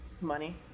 Money